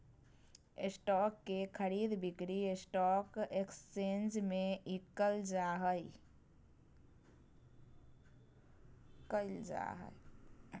stock के खरीद बिक्री स्टॉक एकसचेंज में क़इल जा हइ